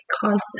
concept